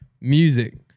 Music